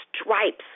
stripes